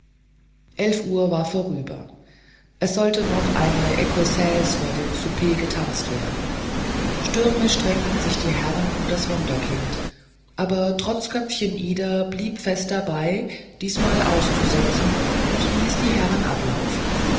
elf uhr war vorüber es sollte noch eine ekossaise vor dem souper getanzt werden stürmisch drängten sich die herren um das wunderkind aber trotzköpfchen ida blieb fest dabei diesmal auszusetzen und ließ die herren ablaufen